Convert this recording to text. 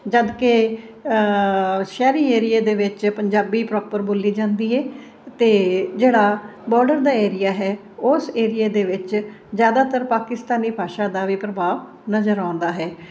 ਜਦ ਕਿ ਸ਼ਹਿਰੀ ਏਰੀਏ ਦੇ ਵਿੱਚ ਪੰਜਾਬੀ ਪ੍ਰੋਪਰ ਬੋਲੀ ਜਾਂਦੀ ਏ ਅਤੇ ਜਿਹੜਾ ਬਾਰਡਰ ਦਾ ਏਰੀਆ ਹੈ ਉਸ ਏਰੀਏ ਦੇ ਵਿੱਚ ਜ਼ਿਆਦਾਤਰ ਪਾਕਿਸਤਾਨੀ ਭਾਸ਼ਾ ਦਾ ਵੀ ਪ੍ਰਭਾਵ ਨਜ਼ਰ ਆਉਂਦਾ ਹੈ